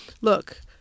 look